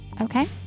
Okay